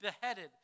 beheaded